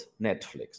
Netflix